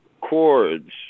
chords